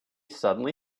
suddenly